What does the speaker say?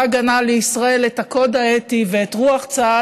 ההגנה לישראל את הקוד האתי ואת רוח צה"ל.